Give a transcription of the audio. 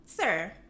sir